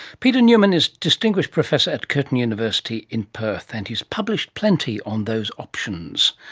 peter newman is distinguished professor at curtin university in perth, and he's published plenty on those options.